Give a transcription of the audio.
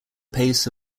pace